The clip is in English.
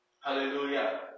Hallelujah